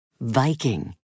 Viking